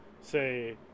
say